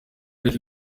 ariko